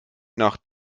nach